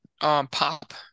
pop